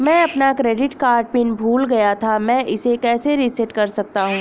मैं अपना credit card PIN भूल गया था मैं इसे कैसे रीसेट कर सकता हूँ?